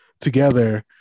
together